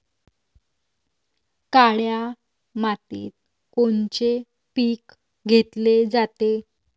काळ्या मातीत कोनचे पिकं घेतले जाते?